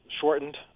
shortened